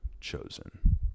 chosen